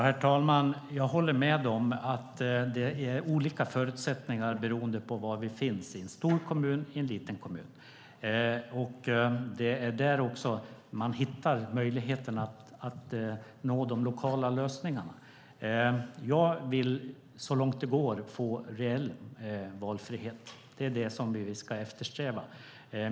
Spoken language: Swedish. Herr talman! Jag håller med om att förutsättningarna är olika beroende på om man bor i en stor kommun eller i en liten kommun. Det är också där, i kommunerna, som man hittar möjligheten att nå de lokala lösningarna. Jag vill så långt det går få reell valfrihet. Det är det som vi ska eftersträva.